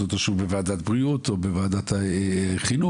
אותו שוב בוועדת בריאות או בוועדת החינוך,